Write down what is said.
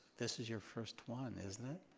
this is your first one, isn't it?